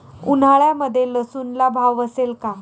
उन्हाळ्यामध्ये लसूणला भाव असेल का?